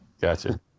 Gotcha